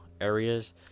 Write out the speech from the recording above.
areas